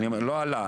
לא עלה.